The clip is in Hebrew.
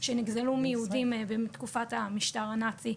שנגזלו מיהודים מתקופת המשטר הנאצי,